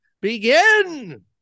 begin